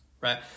right